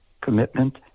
commitment